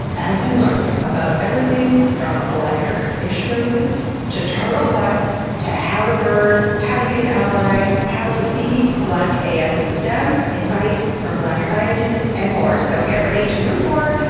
as you learn about everything from electric fish noses, to turtle butts, to how to bird, how to be an ally, how to be black af in stem, advice for black scientists, and more. so get ready to root for,